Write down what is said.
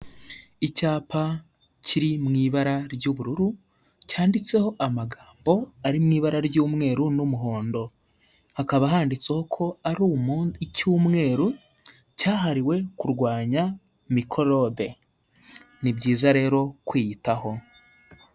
Icyapa kiri mu ibara ry'ubururu cyanditseho amagambo ari mu ibara ry'umweru n'umuhondo hakaba handitseho ko ari umunsi icyumweru cyahariwe kurwanya mikorobe, ni byiza rero kwiyitaho.